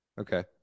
Okay